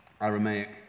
Aramaic